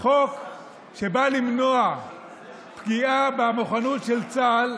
חוק שבא למנוע פגיעה במוכנות של צה"ל,